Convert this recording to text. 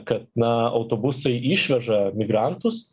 kad na autobusai išveža migrantus